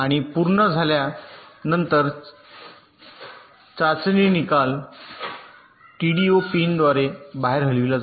आणि पूर्ण झाल्यानंतर चाचणी निकाल टीडीओ पिनद्वारे बाहेर हलविला जाईल